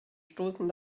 stoßen